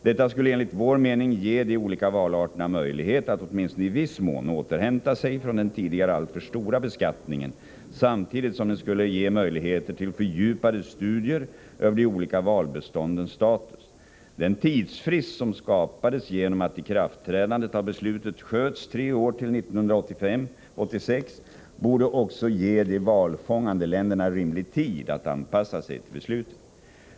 Detta skulle enligt vår mening ge de olika valarterna möjlighet att åtminstone i viss mån återhämta sig från den tidigare alltför stora beskattningen, samtidigt som det skulle ge möjligheter till fördjupade studier över de olika valbeståndens status. Den tidsfrist som skapades genom att ikraftträdandet av beslutet sköts tre år till 1985/86 borde också ge de valfångande länderna rimlig tid att anpassa sig till beslutet.